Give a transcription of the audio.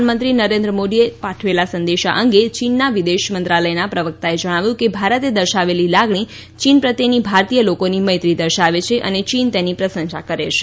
પ્રધાનમંત્રી નરેન્દ્ર મોદીએ પાઠવેલા સંદેશા અંગે ચીનના વિદેશ મંત્રાલયના પ્રવક્તાએ જણાવ્યું કે ભારતે દર્શાવેલી લાગણી ચીન પ્રત્યેની ભારતીય લોકોની મૈત્રી દર્શાવી છે અને ચીન તેની પ્રશંસા કરે છે